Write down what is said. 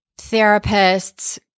therapists